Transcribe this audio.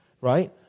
right